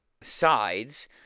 sides